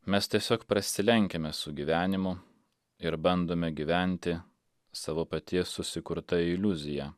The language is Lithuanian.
mes tiesiog prasilenkiame su gyvenimu ir bandome gyventi savo paties susikurta iliuzija